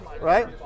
Right